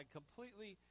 completely